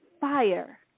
fire